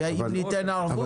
ואם ניתן ערבות,